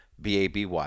BABY